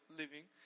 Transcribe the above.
living